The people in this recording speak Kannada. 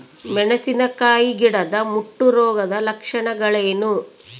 ಮೆಣಸಿನಕಾಯಿ ಗಿಡದ ಮುಟ್ಟು ರೋಗದ ಲಕ್ಷಣಗಳೇನು?